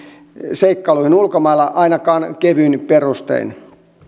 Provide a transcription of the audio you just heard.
seikkailuihin ulkomailla ainakaan kevyin perustein